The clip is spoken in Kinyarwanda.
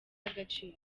agaciro